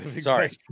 Sorry